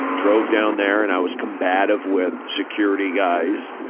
drove down there, and i was combative with security guys.